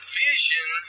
vision